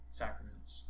sacraments